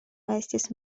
estis